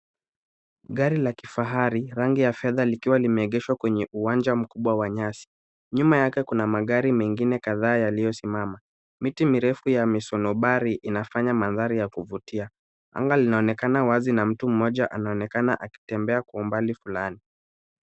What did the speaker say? Gari la kifahari la rangi ya fedha likiwa limeegeshwa kwenye uwanja mkubwa wa nyasi. Nyuma yake kuna magari mengine kadhaa yaliyosimama. Miti mirefu ya misonobari inafanya mandhari ya kuvutia. Anga linaonekana wazi na mtu mmoja anaonekana akitembea kwa umbali fulani.